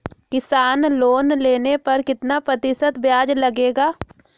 किसान लोन लेने पर कितना प्रतिशत ब्याज लगेगा?